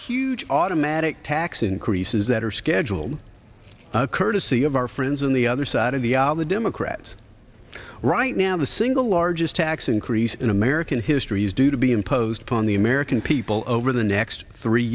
huge automatic tax increases that are scheduled courtesy of our friends on the other side of the aisle the democrats right now the single largest tax increase in american history is due to be imposed upon the american people over the next three